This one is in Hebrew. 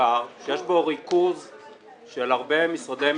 מושכר שיש בו ריכוז של הרבה משרדי ממשלה,